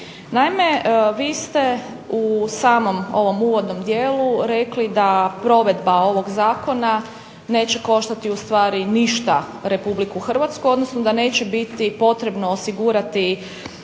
Naime, vi ste u samom ovom uvodnom dijelu rekli da provedba ovog zakona neće koštati ništa Republiku Hrvatsku, odnosno da neće biti potrebno osigurati